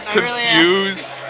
confused